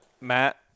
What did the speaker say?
Matt